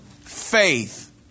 faith